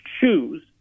choose